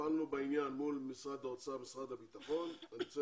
טיפלנו בעניין מול משרד האוצר ומשרד הביטחון ואני רוצה